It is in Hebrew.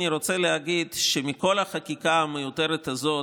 אני רוצה להגיד שמכל החקיקה המיותרת הזאת,